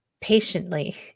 patiently